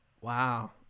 Wow